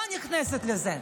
לא נכנסת לזה.